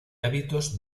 hábitos